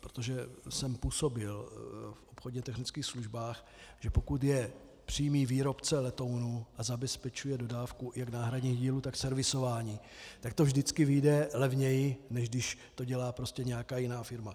protože jsem působil v obchodně technických službách, že pokud je přímý výrobce letounu a zabezpečuje dodávku jak náhradních dílů tak servisování, tak to vždycky vyjde levněji, než když to dělá nějaká jiná firma.